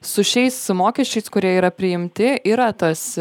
su šiais mokesčiais kurie yra priimti yra tas